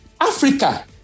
Africa